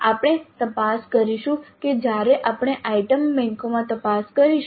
આપણે તપાસ કરીશું કે જ્યારે આપણે આઇટમ બેંકોમાં તપાસ કરીશું